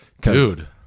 Dude